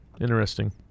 Interesting